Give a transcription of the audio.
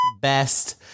best